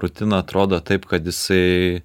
rutina atrodo taip kad jisai